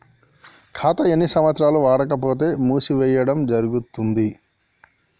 ఖాతా ఎన్ని సంవత్సరాలు వాడకపోతే మూసివేయడం జరుగుతుంది?